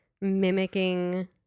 mimicking